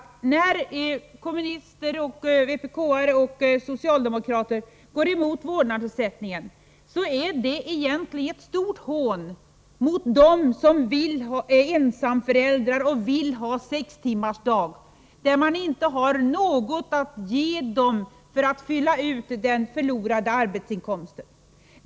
När vpk:are och socialdemokrater går emot vårdnadsersättningen är det egentligen ett stort hån mot dem som är ensamföräldrar och vill ha sextimmarsdag. Ni har ju inte något att ge dem för att fylla ut den förlorade arbetsinkomsten.